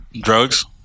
Drugs